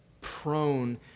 prone